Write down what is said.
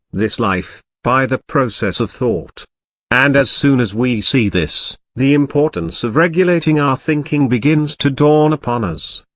this life, by the process of thought and as soon as we see this, the importance of regulating our thinking begins to dawn upon us.